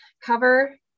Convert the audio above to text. cover